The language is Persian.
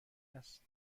است